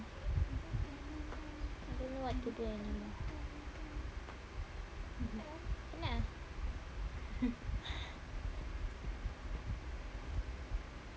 I don't know what to do anymore penat ah